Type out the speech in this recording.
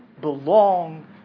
belong